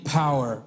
power